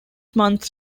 months